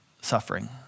suffering